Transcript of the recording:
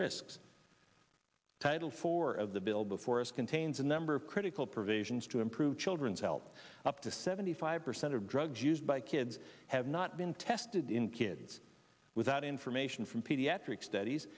risks title four of the bill before us contains a number of critical provisions to improve children's health up to seventy five percent of drugs used by kids have not been tested in kids without information from pediatric studies